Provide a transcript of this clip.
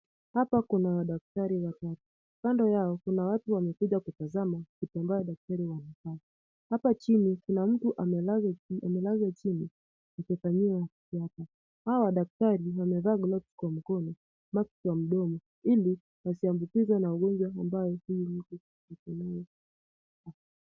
Hapa kuna madaktari watatu, kando yao kuna watu wamekuja kutazama kitu ambacho daktari wanafanya. Hapa chini kuna mtu amelazwa chini akifanyiwa crp . Hawa daktari wamevaa glavu kwa mkono, maski kwa mdomo ili wasiambukizwe na ugonjwa ambao huyu mtu ako nayo.